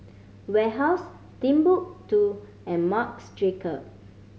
Warehouse Timbuk Two and Marc Jacobs